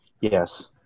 Yes